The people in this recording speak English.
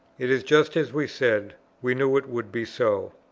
it is just as we said we knew it would be so.